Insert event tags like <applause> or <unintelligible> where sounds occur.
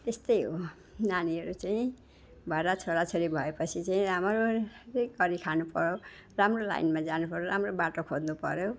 त्यस्तै हो नानीहरू चाहिँ भएर छोराछोरी भएपछि चाहिँ <unintelligible> गरी खानुपऱ्यो राम्रो लाइनमा जानुपऱ्यो राम्रो बाटो खोज्नुपऱ्यो